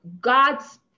god's